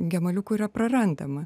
emaliukų yra prarandama